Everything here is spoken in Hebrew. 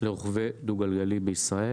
לרוכבי דו-גלגלי בישראל.